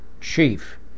chief